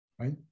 right